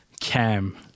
Cam